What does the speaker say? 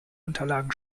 unterlagen